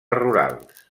rurals